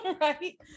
right